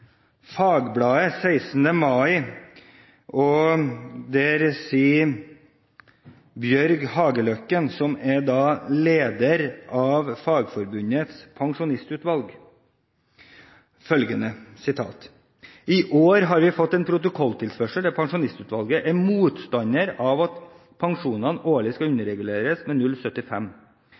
Fagbladet den 16. mai. Der sier Bjørg Hageløkken, som er leder av Fagforbundets pensjonistutvalg, følgende: «I år har vi fått med en protokolltilførsel der Pensjonistutvalget er motstander av at pensjoner årlig skal underreguleres med